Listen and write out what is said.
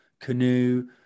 canoe